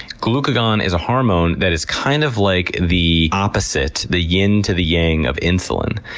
glucagon is a hormone that is kind of like the opposite, the yin to the yang, of insulin.